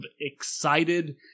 excited